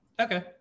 Okay